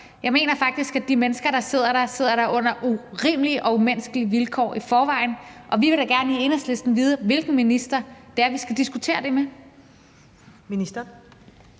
Jeg mener faktisk, at de mennesker, der sidder der, i forvejen sidder der på nogle urimelige og umenneskelig vilkår. Vi vil da gerne i Enhedslisten vide, hvilken minister vi skal diskutere det med.